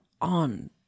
on